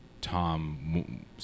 Tom